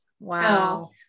Wow